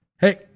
hey